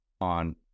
on